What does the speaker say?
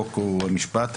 חוק ומשפט.